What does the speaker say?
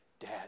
dad